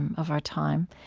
and of our time.